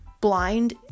blind